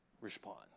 respond